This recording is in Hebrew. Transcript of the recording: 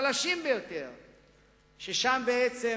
ששם בעצם